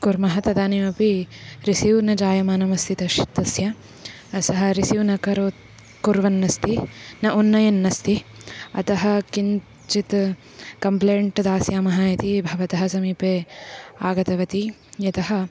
कुर्मः तदानीमपि रिसीव् न जायमानमस्ति तस्य तस्य सः रिसीव् न करोत् कुर्वन्नस्ति न उन्नयन्नस्ति अतः किञ्चित् कम्प्लेण्ट् दास्यामः इति भवतः समीपे आगतवती यतः